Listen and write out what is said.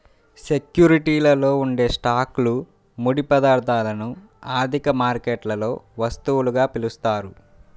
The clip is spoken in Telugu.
సెక్యూరిటీలలో ఉండే స్టాక్లు, ముడి పదార్థాలను ఆర్థిక మార్కెట్లలో వస్తువులుగా పిలుస్తారు